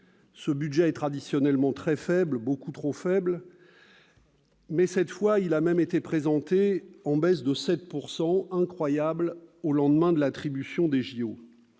Il est traditionnellement très faible, beaucoup trop faible, mais cette fois il a même été présenté en baisse de 7 %, ce qui est incroyable au lendemain de l'attribution des